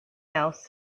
else